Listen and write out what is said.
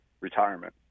retirement